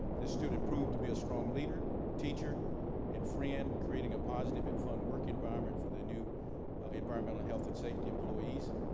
this student proved to be a strong leader, teacher and friend creating a positive and fun work environment for the new environmental health and safety employees,